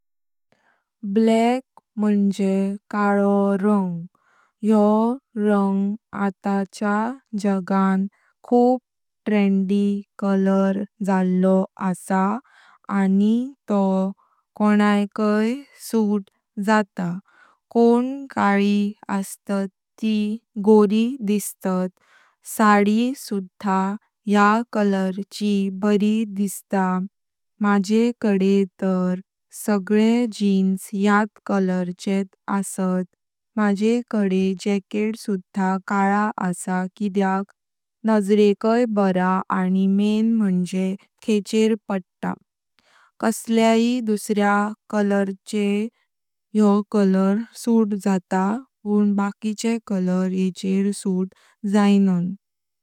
ब्लैक मुण्जे कालो रंग योह रंग आटाच्या जगान खूप ट्रेंडी कळर जल्लो आसा आनी तोह कोणांकय सूट जाता। कोण काली अस्तात ती गोरी दिसतात। साडी सुधा या कळर ची बरी दिसता। मजेकाड़े थार सगळे जीन्स याद कळर चे आसात। मजेकाड़े जॅकेट सुधा कालो आसा किद्याक नजरेंकय बर आनी मेण मुण्जे खेचेर पाडता कसल्याय दुसर्या कळर चेर योह कळर सूट जाता पण बाकीचे कळर येचेर सूट जाइनां।